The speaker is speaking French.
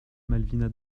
malvina